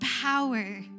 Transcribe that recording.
power